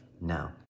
now